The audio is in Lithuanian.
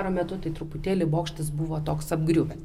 karo metu tai truputėlį bokštas buvo toks apgriuvęs